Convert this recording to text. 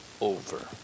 over